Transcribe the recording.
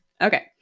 Okay